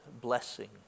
blessing